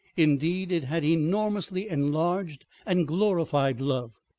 indeed, it had enormously enlarged and glorified love.